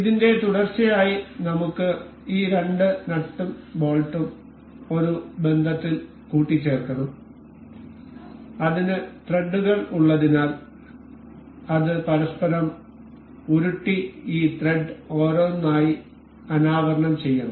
ഇതിന്റെ തുടർച്ചയായി നമുക്ക് ഈ രണ്ട് നട്ടും ബോൾട്ടും ഒരു ബന്ധത്തിൽ കൂട്ടിച്ചേർക്കണം അതിന് ത്രെഡുകൾ ഉള്ളതിനാൽ അത് പരസ്പരം ഉരുട്ടി ഈ ത്രെഡ് ഓരോന്നായി അനാവരണം ചെയ്യണം